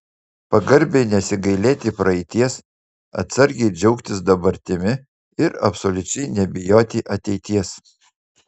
pagarbiai nesigailėti praeities atsargiai džiaugtis dabartimi ir absoliučiai nebijoti ateities